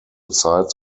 sides